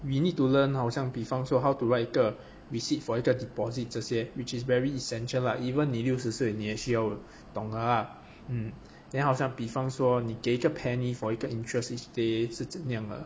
we need to learn 好像比仿说 how to write 一个 receipt for 一个 deposit 这些 which is very essential lah even 你六十岁你需要懂的啦 mm then 好像比方说你给一个 penny for you interest each day 这些是怎样的